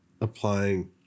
applying